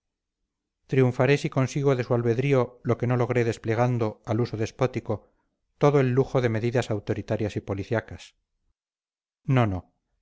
triunfaré si consigo de su albedrío lo que no logré desplegando al uso despótico todo el lujo de medidas autoritarias y policiacas no no